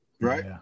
right